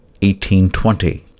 1820